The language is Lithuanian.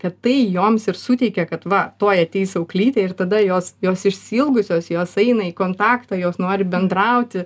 kad tai joms ir suteikia kad va tuoj ateis auklytė ir tada jos jos išsiilgusios jos eina į kontaktą jos nori bendrauti